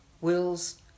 Wills